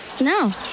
no